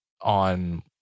on